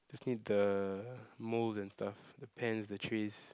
just need the moulds and stuff the pans the trays